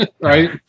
right